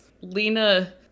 Lena